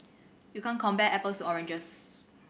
you can't compare apples oranges